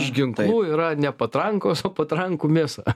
iš ginklų yra ne patrankos o patrankų mėsa